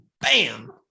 Bam